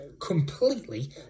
completely